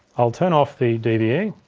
i'll turn off the dve,